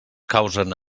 causen